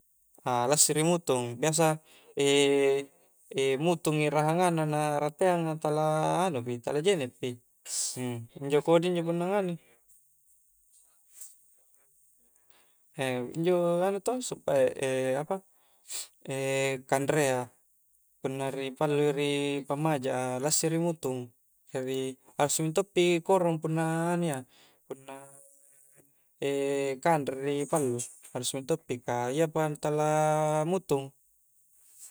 Alassiri mutung biasa mutungi rahanganna. na rateang a tala anu pi tala jenek pi injo kodi injo punna nganui injo anuto sumpae apa kanrea punna ri pallu i ri pammaja a lassiri i mutung jari harus minto pi korong punna anu iya punna kanre ri pallu harus mintoppi ka iapa na tala mutung